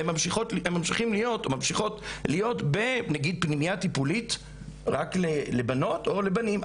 הן ממשיכות להיות בפנימייה טיפולית רק לבנות או לבנים,